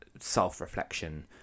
self-reflection